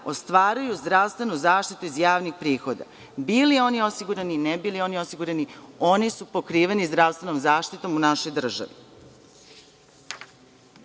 ostvaruju zdravstvenu zaštitu iz javnih prihoda, bili oni osigurani, ne bili oni osigurani, oni su pokriveni zdravstvenom zaštitom u našoj državi. Dalje,